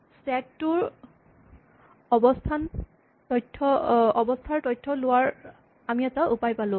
stack টোৰ অৱস্হাৰ তথ্য লোৱাৰ আমি এটা উপায় পালোঁ